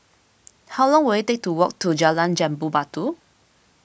how long will it take to walk to Jalan Jambu Batu